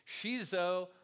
Shizo